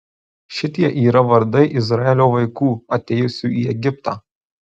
šitie yra vardai izraelio vaikų atėjusių į egiptą